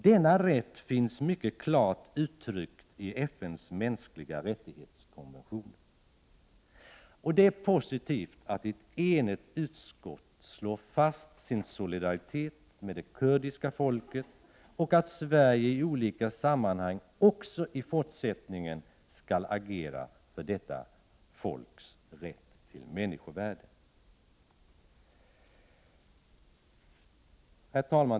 Denna rätt finns mycket klart uttryckt i FN:s konvention om de mänskliga rättigheterna. Det är positivt att ett enigt utskott slår fast sin solidaritet med det kurdiska folket och att Sverige i olika sammanhang också i fortsättningen skall agera för detta folks rätt till människovärde. Herr talman!